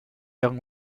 young